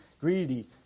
greedy